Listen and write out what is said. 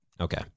Okay